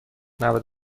نود